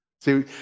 See